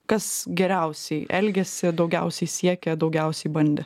kas geriausiai elgėsi daugiausiai siekė daugiausiai bandė